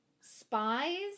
spies